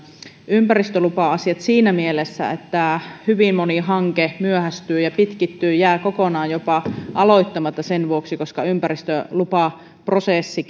ympäristölupa asiat siinä mielessä että hyvin moni hanke myöhästyy ja pitkittyy ja jää jopa kokonaan aloittamatta sen vuoksi että ympäristölupaprosessi